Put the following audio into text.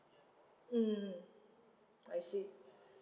mm I see